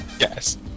Yes